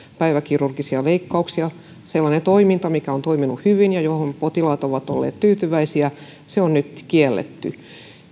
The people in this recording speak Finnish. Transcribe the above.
päiväkirurgisia leikkauksia sellainen toiminta joka on toiminut hyvin ja johon potilaat ovat olleet tyytyväisiä on nyt kielletty